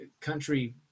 country